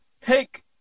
Take